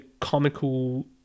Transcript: comical